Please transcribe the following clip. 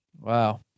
wow